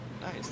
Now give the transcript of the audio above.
Nice